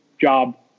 job